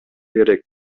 керек